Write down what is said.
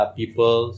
people